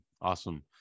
Awesome